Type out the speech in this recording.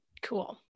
Cool